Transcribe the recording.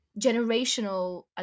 generational